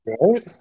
right